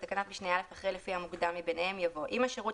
בתקנת משנה (א) אחרי "לפי המוקדם מביניהם" יבוא: "אם השירות